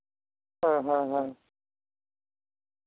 ᱦᱩᱸ ᱦᱩᱸ ᱦᱩᱸ